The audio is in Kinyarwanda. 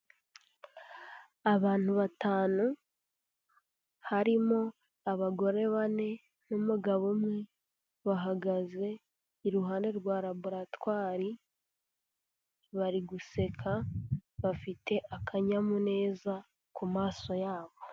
Abantu batanu harimo abagore bane n'umugabo umwe bahagaze iruhande rwa laboratwari bari guseka bafite akanyamuneza ku maso yabo.